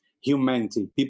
humanity